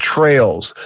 trails